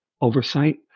oversight